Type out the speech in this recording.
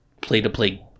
play-to-play